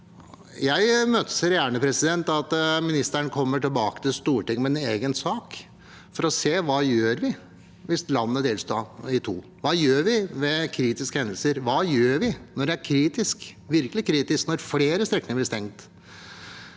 Jeg imøteser gjerne at ministeren kommer tilbake til Stortinget med en egen sak for å se på hva vi gjør hvis landet deles i to. Hva gjør vi ved kritiske hendelser? Hva gjør vi når det er kritisk, virkelig kritisk, og flere strekninger blir stengt?